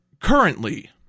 currently